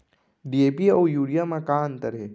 DAP अऊ urea म का अंतर हे?